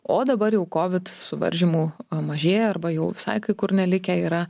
o dabar jau kovid suvaržymų o mažėja arba jau visia kai kur nelikę yra